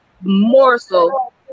morsel